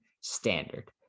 standard